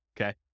okay